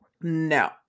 no